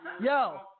Yo